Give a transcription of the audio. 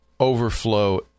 overflow